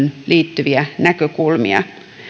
liittyviä näkökulmia